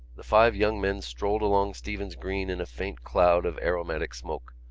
the five young men strolled along stephen's green in a faint cloud of aromatic smoke.